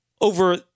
over